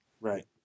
Right